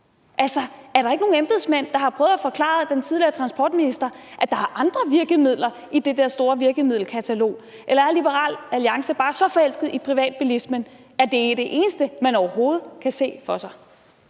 Altså, er der ikke nogen embedsmænd, der har prøvet at forklare den tidligere transportminister, at der er andre virkemidler i det der store virkemiddelkatalog? Eller er Liberal Alliance bare så forelsket i privatbilismen, at det er det eneste, som man overhovedet kan se for sig?